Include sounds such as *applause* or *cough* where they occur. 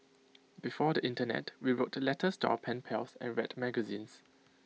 *noise* before the Internet we wrote letters to our pen pals and read magazines